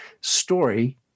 story